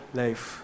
life